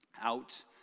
out